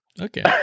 Okay